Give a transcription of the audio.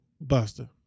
Buster